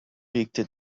regte